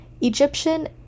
Egyptian